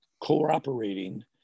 cooperating